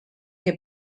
que